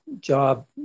job